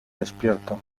despierto